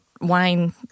Wine